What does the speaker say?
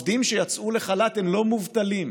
העובדים שיצאו לחל"ת הם לא מובטלים,